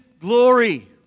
glory